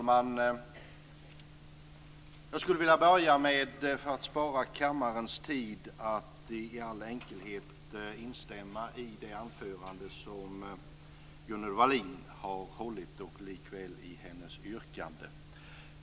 Herr talman! Jag börjar för att spara kammarens tid med att instämma i Gunnel Wallins anförande och yrkande.